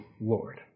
Lord